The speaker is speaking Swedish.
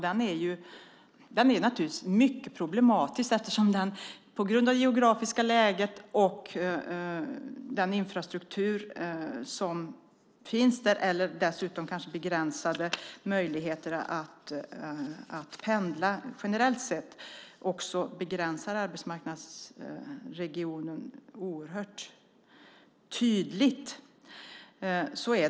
Den är naturligtvis mycket problematisk eftersom den på grund av det geografiska läget och den infrastruktur som finns där, dessutom kanske med begränsade möjligheter att pendla generellt sätt, också begränsar arbetsmarknadsregionen oerhört tydligt.